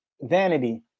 vanity